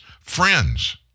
friends